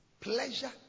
pleasure